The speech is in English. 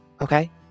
okay